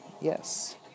Yes